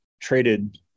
traded